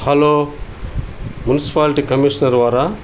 hello municipality commissioner వారా